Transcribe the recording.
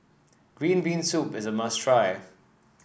Green Bean Soup is a must try